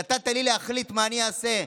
נתת לי להחליט מה אני אעשה.